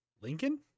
lincoln